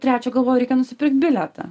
trečią galvoju reikia nusipirkt bilietą